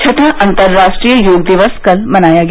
छठा अंतर्राष्ट्रीय योग दिवस कल मनाया गया